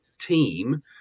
team